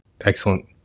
Excellent